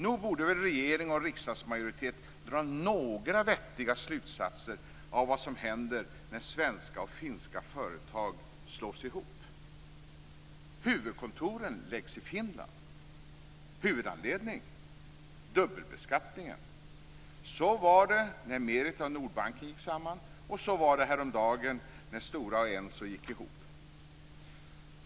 Nog borde väl regeringen och riksdagsmajoriteten dra några vettiga slutsatser av vad som händer när svenska och finska företag slås ihop: Huvudkontoren läggs i Finland. Huvudanledning: dubbelbeskattningen. Så var det när Merita och Nordbanken gick samman, och så var det häromdagen när Stora och Enso gick ihop.